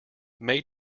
may